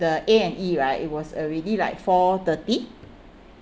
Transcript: the A&E right it was already like four thirty